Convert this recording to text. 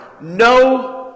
no